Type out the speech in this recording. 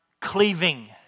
cleaving